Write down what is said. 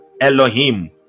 elohim